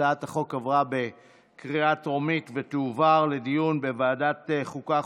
הצעת החוק עברה בקריאה טרומית ותועבר לדיון בוועדת החוקה,